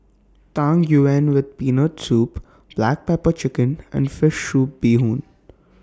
Tang Yuen with Peanut Soup Black Pepper Chicken and Fish Soup Bee Hoon